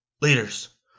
Leaders